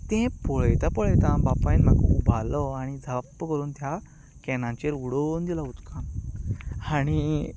तें पळयता पळयता बापायन म्हाका उबारलो आनी झाप्प करून त्या कॅनाचेर उडोवन दिलो उदकांत आनी